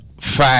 five